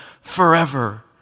forever